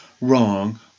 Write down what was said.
wrong